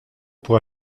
pour